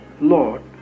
Lord